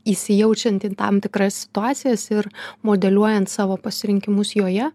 įsijaučiant į tam tikras situacijas ir modeliuojant savo pasirinkimus joje